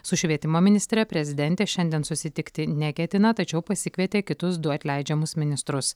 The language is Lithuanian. su švietimo ministre prezidentė šiandien susitikti neketina tačiau pasikvietė kitus du atleidžiamus ministrus